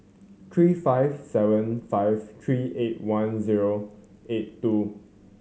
three five seven five three eight one zero eight two